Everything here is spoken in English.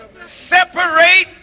separate